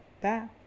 back